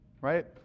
Right